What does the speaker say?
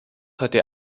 heute